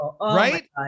Right